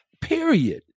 period